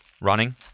Running